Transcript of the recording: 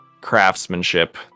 craftsmanship